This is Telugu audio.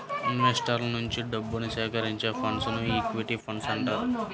ఇన్వెస్టర్ల నుంచి డబ్బుని సేకరించే ఫండ్స్ను ఈక్విటీ ఫండ్స్ అంటారు